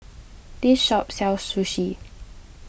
this shop sells Sushi